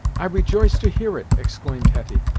i rejoice to hear it! exclaimed hetty.